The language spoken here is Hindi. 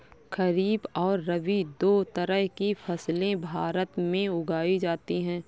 खरीप और रबी दो तरह की फैसले भारत में उगाई जाती है